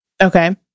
Okay